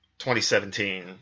2017